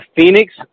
Phoenix